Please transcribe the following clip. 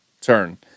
turn